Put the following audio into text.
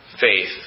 faith